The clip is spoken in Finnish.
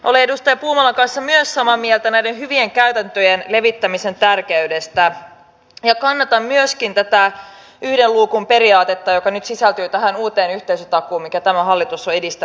olen edustaja puumalan kanssa samaa mieltä myös näiden hyvin käytäntöjen levittämisen tärkeydestä ja kannatan myöskin tätä yhden luukun periaatetta joka nyt sisältyy tähän uuteen yhteisötakuuseen mitä tämä hallitus on edistämässä